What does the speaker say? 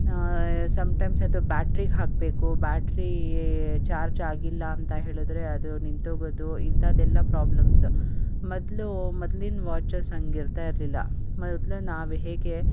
sometimes ಅದು ಬ್ಯಾಟ್ರಿಗೆ ಹಾಕಬೇಕು ಬ್ಯಾಟ್ರೀ ಚಾರ್ಜಾಗಿಲ್ಲ ಅಂತ ಹೇಳಿದರೆ ಅದು ನಿಂತೋಗೋದು ಇಂಥದೆಲ್ಲ ಪ್ರಾಬ್ಲಮ್ಸು ಮೊದಲು ಮೊದ್ಲಿನ ವಾಚಸ್ ಹಂಗಿರ್ತಾಯಿರಲಿಲ್ಲ ಮೊದಲು ನಾವು ಹೇಗೆ